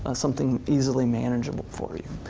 ah something easily manageable for you.